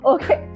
Okay